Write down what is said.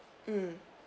mm